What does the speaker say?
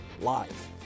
live